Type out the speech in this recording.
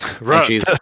Right